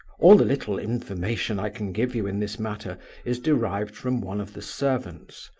all the little information i can give you in this matter is derived from one of the servants.